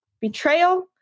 betrayal